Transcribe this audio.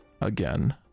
again